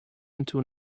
into